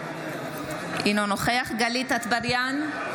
אינו נוכח גלית דיסטל אטבריאן,